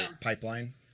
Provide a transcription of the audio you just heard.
pipeline